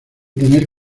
tener